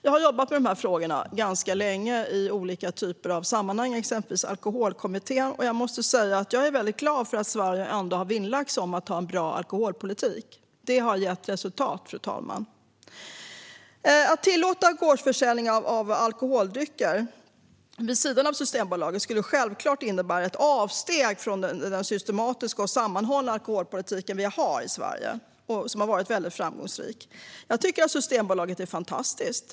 Jag har jobbat med de här frågorna ganska länge, i olika sammanhang, exempelvis Alkoholkommittén. Jag är väldigt glad över att Sverige ändå har lagt sig vinn om att ha en bra alkoholpolitik. Det har gett resultat, fru talman. Att tillåta gårdsförsäljning av alkoholdrycker vid sidan av Systembolaget skulle självklart innebära ett avsteg från den systematiska och sammanhållna alkoholpolitik som vi har i Sverige och som har varit väldigt framgångsrik. Jag tycker att Systembolaget är fantastiskt.